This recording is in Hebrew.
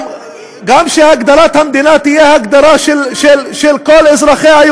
גם שהגדרת המדינה תהיה הגדרה של כל אזרחיה,